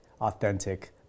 authentic